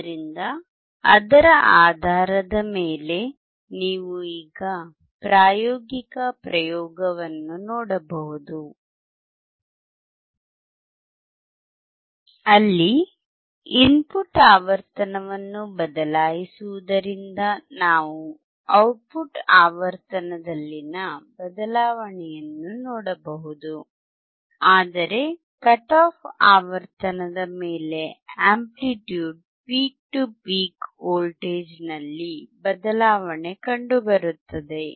ಆದ್ದರಿಂದ ಅದರ ಆಧಾರದ ಮೇಲೆ ನೀವು ಈಗ ಪ್ರಾಯೋಗಿಕ ಪ್ರಯೋಗವನ್ನು ನೋಡಬಹುದು ಅಲ್ಲಿ ಇನ್ಪುಟ್ ಆವರ್ತನವನ್ನು ಬದಲಾಯಿಸುವುದರಿಂದ ನಾವು ಔಟ್ಪುಟ್ ಆವರ್ತನದಲ್ಲಿನ ಬದಲಾವಣೆಯನ್ನು ನೋಡಬಹುದು ಆದರೆ ಕಟ್ ಆಫ್ ಆವರ್ತನದ ಮೇಲೆ ಆಂಪ್ಲಿಟ್ಯೂಡ್ ಪೀಕ್ ಟು ಪೀಕ್ ವೋಲ್ಟೇಜ್ನಲ್ಲಿ ಬದಲಾವಣೆ ಕಂಡುಬರುತ್ತದೆ